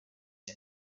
him